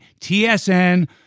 TSN